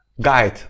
guide